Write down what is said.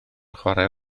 chwarae